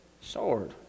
sword